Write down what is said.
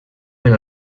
per